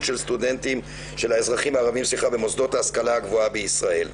של האזרחים הערביים במוסדות להשכלה גבוהה בישראל.